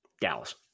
Dallas